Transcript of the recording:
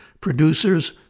Producers